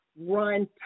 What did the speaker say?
run